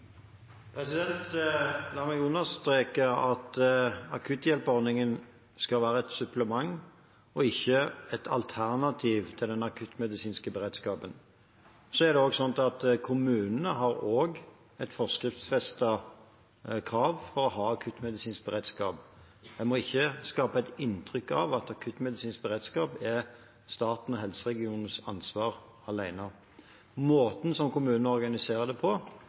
La meg understreke at akutthjelperordningen skal være et supplement og ikke et alternativ til den akuttmedisinske beredskapen. Kommunene har et forskriftsfestet krav om å ha akuttmedisinsk beredskap. En må ikke skape et inntrykk av at akuttmedisinsk beredskap er statens og helseregionenes ansvar alene. Måten som kommunene organiserer det på,